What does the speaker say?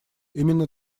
именно